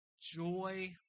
joy